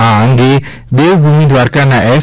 આ અંગે દેવભ્રમિ દ્વારકાના એસ